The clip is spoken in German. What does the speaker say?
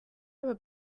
aber